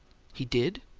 he did?